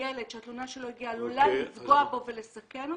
יכול להיות שאותו ילד כן רצה לדבר ואחר כך אי אפשר יהיה להשיגו.